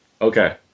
Okay